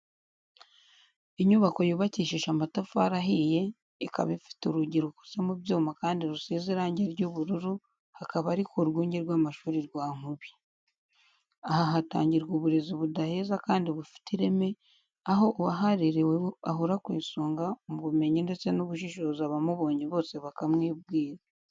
Inyubako yubakishije amatafari ahiye, ikaba ifite urugi rukoze mu byuma kandi rusize irange ry'ubururu, hakaba ari ku rwunge rw'amashuri rwa Nkubi. Aha hatangirwa uburezi budaheza kandi bufite ireme, aho uwaharerewe ahora ku isonga mu bumenyi ndetse n'ubushishozi abamubonye bose bakamwibwira.